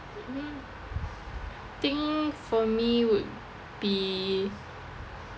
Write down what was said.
think for me would be